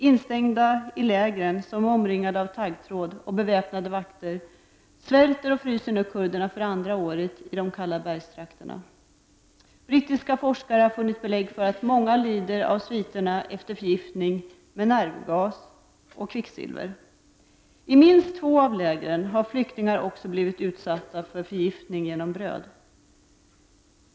Instängda i lägren, som är omringade av taggtråd och beväpnade vakter, svälter och fryser nu kurderna för andra året i de kalla bergstrakterna. Brittiska forskare har funnit belägg för att många lider av sviter efter förgiftning av nervgas och kvicksilver. I minst två av lägren har flyktingarna också blivit utsatta för förgiftning genom bröd.